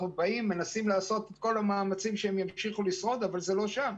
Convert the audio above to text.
אנחנו עושים את כל המאמצים כדי שהם ימשיכו לשרוד אבל זה לא שם.